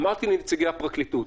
אמרתי לנציגי הפרקליטות,